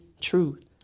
truth